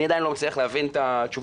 אני עדיין לא מצליח להבין את התשובה.